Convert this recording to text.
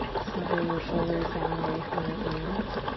snuggle your shoulders down, away from your ears.